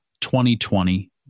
2020